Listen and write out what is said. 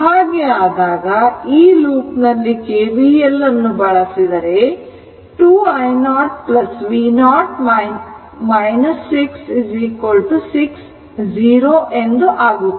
ಹಾಗೆ ಆದಾಗ ಈ ಲೂಪ್ ನಲ್ಲಿ KVL ಬಳಸಿದರೆ 2 i0 v0 6 0 ಆಗುತ್ತದೆ